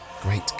great